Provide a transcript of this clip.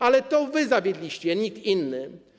Ale to wy zawiedliście, nikt inny.